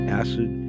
acid